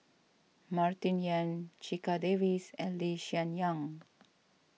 Martin Yan Checha Davies and Lee Hsien Yang